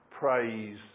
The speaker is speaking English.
praise